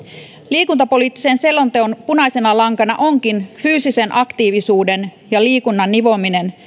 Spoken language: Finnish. liikuntapoliittisen selonteon punaisena lankana onkin fyysisen aktiivisuuden ja liikunnan nivominen